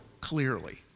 clearly